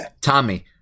Tommy